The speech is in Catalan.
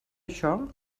això